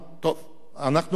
אנחנו בעצמנו,